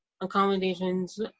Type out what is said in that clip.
accommodations